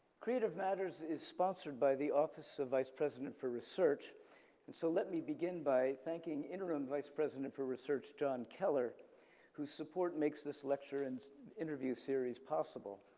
creative matters is sponsored by the office of vice president for research and so let me begin by thanking interim vice president for research john keller whose support makes this lecture and interview series possible.